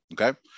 Okay